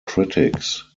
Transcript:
critics